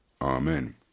Amen